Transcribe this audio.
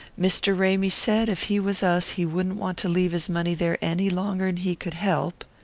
mr. ramy said if he was us he wouldn't want to leave his money there any longer'n he could help.